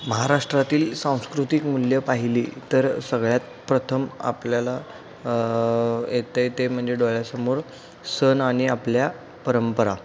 महाराष्ट्रातील सांस्कृतिक मूल्यं पाहिली तर सगळ्यात प्रथम आपल्याला येत आहे ते म्हणजे डोळ्यासमोर सण आणि आपल्या परंपरा